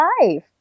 life